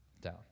down